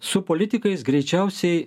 su politikais greičiausiai